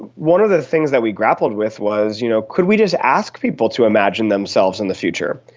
one of the things that we grappled with was you know could we just ask people to imagine themselves in the future.